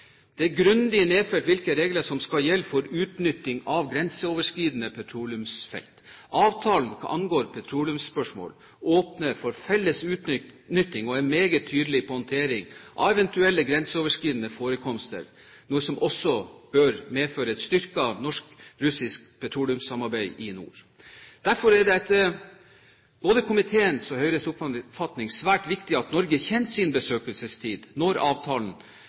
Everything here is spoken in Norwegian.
Det er grundig nedfelt hvilke regler som skal gjelde for utnytting av grenseoverskridende petroleumsfelt. Avtalen hva angår petroleumsspørsmål, åpner for felles utnytting og er meget tydelig på håndtering av eventuelle grenseoverskridende forekomster, noe som også bør medføre et styrket norsk-russisk petroleumssamarbeid i nord. Derfor er det etter både komiteens og Høyres oppfatning svært viktig at Norge kjenner sin besøkelsestid når avtalen